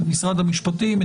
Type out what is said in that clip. את משרד המשפטים,